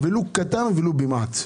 ולו במעט.